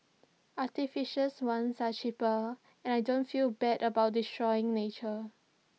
artificial ones are cheaper and I don't feel bad about destroying nature